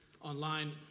online